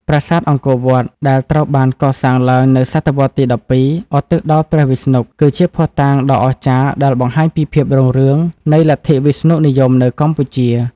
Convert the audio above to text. ប្រាសាទអង្គរវត្ត ដែលត្រូវបានកសាងឡើងនៅសតវត្សរ៍ទី ១២ ឧទ្ទិសដល់ព្រះវិស្ណុ គឺជាភស្តុតាងដ៏អស្ចារ្យដែលបង្ហាញពីភាពរុងរឿងនៃលទ្ធិវិស្ណុនិយមនៅកម្ពុជា។